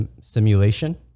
simulation